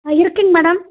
ஆ இருக்குதுங்க மேடம்